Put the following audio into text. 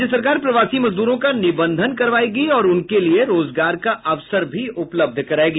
राज्य सरकार प्रवासी मजदूरों का निबंधन करवायेगी और उनके लिए रोजगार का अवसर भी उपलब्ध करायेगी